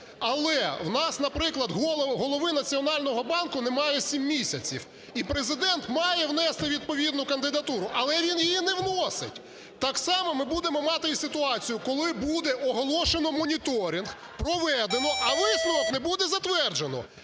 Але в нас, наприклад, голови Національного банку немає 7 місяців, і Президент має внести відповідну кандидатуру. Але він її не вносить. Так само ми будемо мати і ситуацію, коли буде оголошено моніторинг, проведено, а висновок не буде затверджено